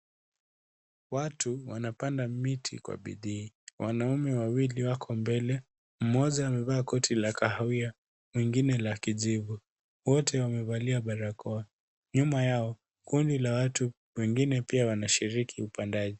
Watu wanapanda miti kwa bidii. Wanaume wawili wako mbela; mmoja amevaa koti la kahawia, mwingine la kijivu. Wote wamevalia barakoa. Nyuma yao, kundi la watu wengine pia wanashiriki upandaji.